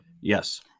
Yes